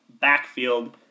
backfield